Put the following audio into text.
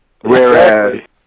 whereas